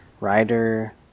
Rider